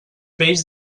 vells